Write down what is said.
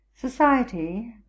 society